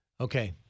Okay